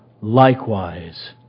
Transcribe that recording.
likewise